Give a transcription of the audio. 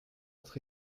être